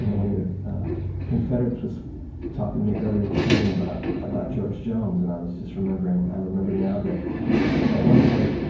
you know one of your confederates was talking to me earlier this morning about about george jones. and i was just remembering i'm remembering now that at one point,